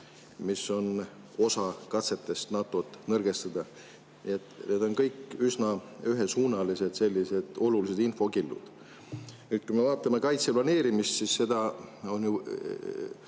mis on osa katsetest NATO‑t nõrgestada. Need on kõik üsna ühesuunalised olulised infokillud. Vaatame kaitseplaneerimist. Seda on ju